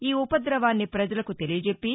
ఈ ఉపదవాన్ని పజలకు తెలియజెప్పి